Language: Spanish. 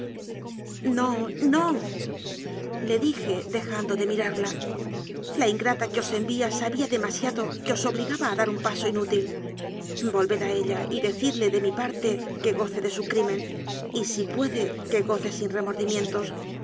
no le dije dejando de mirarla la ingrata que os envía sabía demasiado que os obli gaba a dar un paso inútil volved a ella y de cidle de mi parte que goce de su crimen y si puede que goce sin